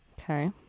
Okay